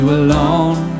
alone